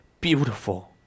beautiful